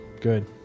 Good